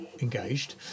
engaged